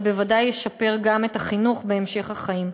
אבל ודאי גם ישפר גם את החינוך בהמשך החיים.